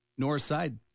Northside